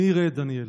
מי יראה את דניאל?